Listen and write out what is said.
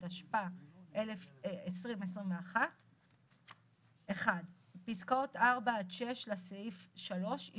התשפ"א 2021‏ (1)פסקאות (4) עד (6) לסעיף 3,